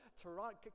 toronto